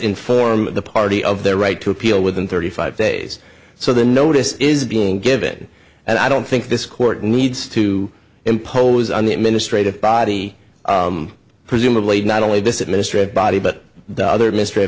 inform the party of the right to appeal within thirty five days so the notice is being given and i don't think this court needs to impose on the administrative body presumably not only this it ministry of body but the other m